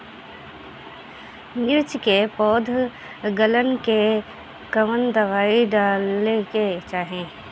मिर्च मे पौध गलन के कवन दवाई डाले के चाही?